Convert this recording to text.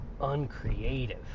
uncreative